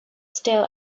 still